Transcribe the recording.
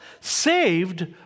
saved